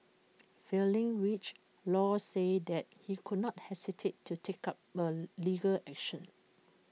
failing which law said that he could not hesitate to take up A legal action